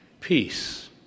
Peace